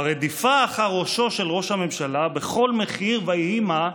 ברדיפה אחר ראשו של ראש הממשלה בכל מחיר ויהי מה,